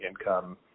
income